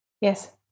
yes